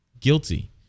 guilty